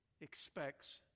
expects